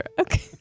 Okay